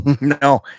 no